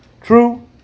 true